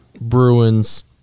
Bruins